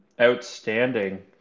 outstanding